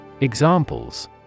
Examples